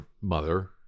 mother